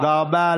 תודה רבה.